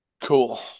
Cool